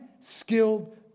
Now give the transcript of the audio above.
skilled